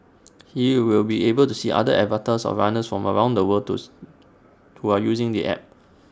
he will be able to see other avatars of runners from around the world those who are using the app